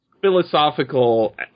philosophical